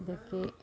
ಇದಕ್ಕೆ